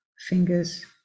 fingers